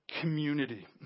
community